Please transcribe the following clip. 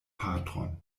patron